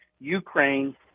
Ukraine